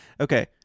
okay